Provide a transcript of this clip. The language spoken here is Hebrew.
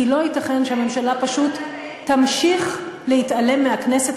כי לא ייתכן שהממשלה פשוט תמשיך להתעלם מהכנסת,